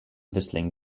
whistling